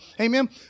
Amen